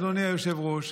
אדוני היושב-ראש,